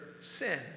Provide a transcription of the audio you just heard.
sin